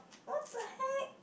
what the heck